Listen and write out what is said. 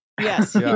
Yes